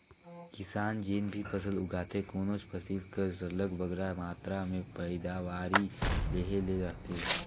किसान जेन भी फसल उगाथे कोनोच फसिल कर सरलग बगरा मातरा में पएदावारी लेहे ले रहथे